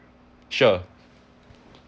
sure